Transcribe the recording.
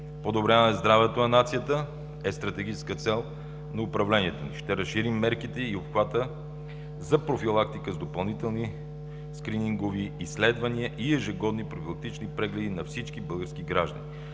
Подобряване здравето на нацията е стратегическа цел на управлението. Ще разширим мерките и обхвата за профилактика с допълнителни скринингови изследвания и ежегодни профилактични прегледи на всички български граждани.